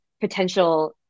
potential